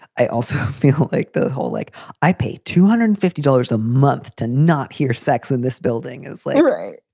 i also feel like the whole like i pay two hundred and fifty dollars a month to not hear sex in this building is like right.